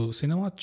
cinema